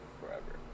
forever